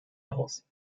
aus